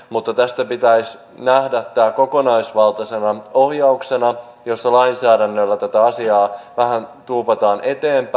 mutta tämä pitäisi nähdä kokonaisvaltaisena ohjauksena jossa lainsäädännöllä tätä asiaa vähän tuupataan eteenpäin